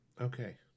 Okay